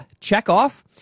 checkoff